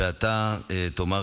ואתה תאמר,